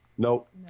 Nope